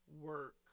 work